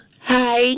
Hi